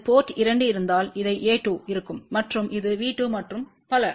அது போர்ட் 2 இருந்தால் இதை a2 இருக்கும்மற்றும் இது V2மற்றும் பல